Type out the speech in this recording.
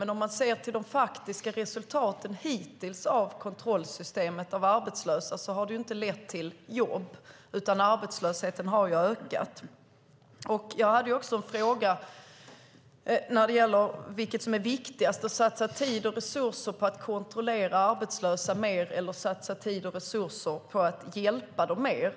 Men om man ser till de faktiska resultaten hittills av kontrollsystemet för arbetslösa kan man se att det inte har lett till jobb, utan arbetslösheten har ökat. Jag hade också en fråga om vad som är viktigast, att satsa tid och resurser på att kontrollera arbetslösa mer eller att satsa tid och resurser på att hjälpa dem mer.